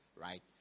right